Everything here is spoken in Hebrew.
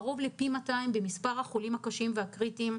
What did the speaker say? קרוב לפי 200 במספר החולים הקשים והקריטיים,